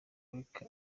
lady